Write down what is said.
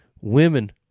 Women